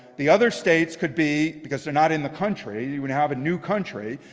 the other states could be, because they're not in the country, you would have a new country,